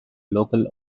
local